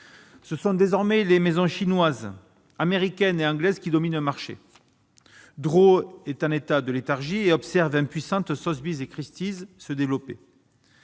ce sont désormais les maisons chinoises, américaines et anglaises qui domine le marché Draw est un état de léthargie et observe impuissante Sotheby's et Christie's se développer